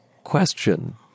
Question